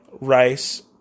rice